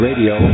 Radio